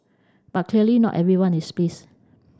but clearly not everyone is pleased